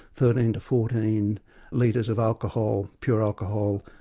thirteen to fourteen litres of alcohol, pure alcohol,